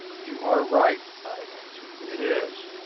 you are right i answered, it is